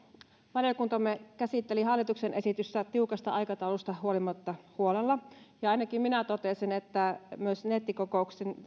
valiokuntamme käsitteli hallituksen esitystä tiukasta aikataulusta huolimatta huolella ja ainakin minä totesin että myös nettikokousten